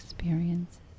Experiences